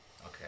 okay